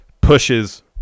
Pushes